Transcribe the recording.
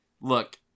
Look